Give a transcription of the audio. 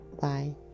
Bye